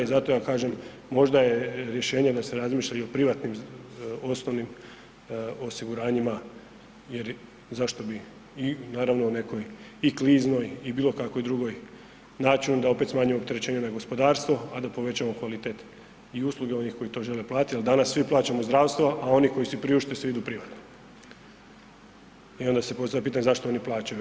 I zato ja kažem možda je rješenje da se razmišlja i o privatnim osnovnim osiguranjima jer zašto bi i naravno nekoj i kliznoj i bilo kakvoj drugom načinu da opet smanjuje opterećenje na gospodarstvo, a da povećamo kvalitet usluge onih koji to žele platiti jer danas svi plaćamo zdravstvo, a oni koji si priušte svi idu privatno i onda se postavlja pitanje zašto oni plaćaju.